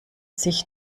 sich